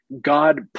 God